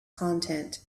content